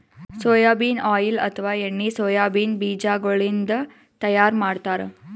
soybean oil ಅಥವಾ ಎಣ್ಣಿ soybean ಬಿಜಾಗೋಳಿನ್ದ ತೈಯಾರ್ ಮಾಡ್ತಾರ್